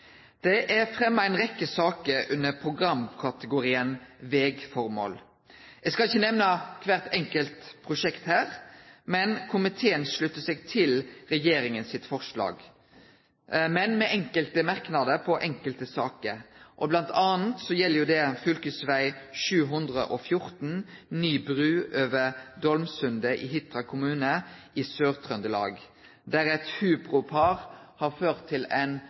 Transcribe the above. Det er fremja ei rekkje saker under programkategorien Vegformål. Eg skal ikkje nemne kvart enkelt prosjekt her, men komiteen sluttar seg til regjeringa sitt forslag, med enkelte merknader på enkelte saker, bl.a. gjeld det fv. 714, ny bru over Dolmsundet i Hitra kommune i Sør-Trøndelag, der eit hubropar har ført til ein